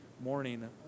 morning